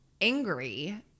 angry